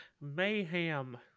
mayhem